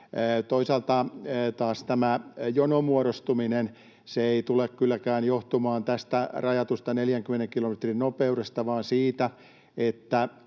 Toisaalta taas tämä jonon muodostuminen ei tule kylläkään johtumaan tästä rajatusta 40 kilometrin nopeudesta vaan siitä, että